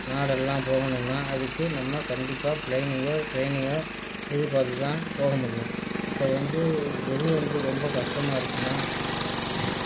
நாடெல்லாம் போகணும்னால் அதுக்கு நம்ம கண்டிப்பாக ப்ளேனையோ ட்ரெயினையோ எதிர்பார்த்து தான் போக முடியும் இப்போ வந்து எது வந்து ரொம்ப கஷ்டமாக இருக்குன்னால்